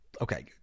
okay